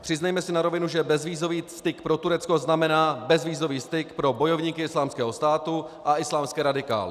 Přiznejme si na rovinu, že bezvízový styk pro Turecko znamená bezvízový styk pro bojovníky Islámského státu a islámské radikály.